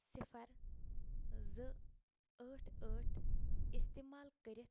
صِفر زٕ ٲٹھ ٲٹھ استعمال کٔرِتھ